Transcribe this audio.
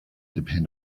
depend